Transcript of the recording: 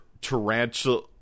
Tarantula